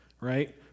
right